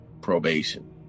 probation